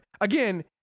again